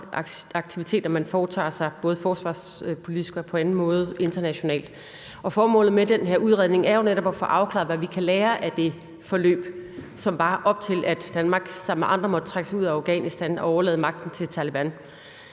aktiviteter, man foretager sig både forsvarspolitisk og på anden måde internationalt. Formålet med den her udredning er jo netop at få afklaret, hvad vi kan lære af det forløb, som var op til, at Danmark sammen med andre måtte trække sig ud af Afghanistan og overlade magten til Taleban.